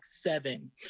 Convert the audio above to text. seven